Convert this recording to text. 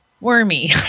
wormy